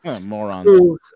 morons